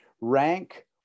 rank